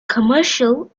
commercial